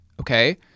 okay